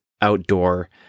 outdoor